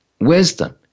wisdom